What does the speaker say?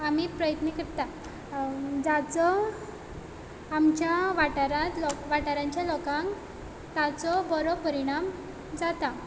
आमी प्रयत्न करता जाचो आमच्या वाठारांत वाठाराच्या लोकांक ताचो बरो परिणाम जाता